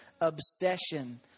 obsession